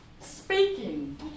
speaking